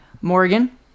Morgan